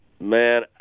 Man